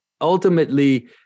ultimately